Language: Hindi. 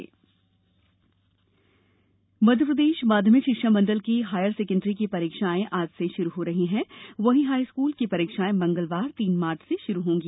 बोर्ड परीक्षा मध्यप्रदेश माध्यमिक शिक्षा मण्डल की हायर सेकेण्डरी की परीक्षायें आज से शुरू हो रही है वहीं हाईस्कूल की परीक्षायें मंगलवार तीन मार्च से शुरू होंगी